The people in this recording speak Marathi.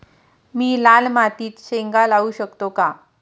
मी लाल मातीत शेंगा लावू शकतो का?